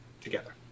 together